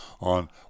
on